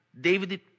David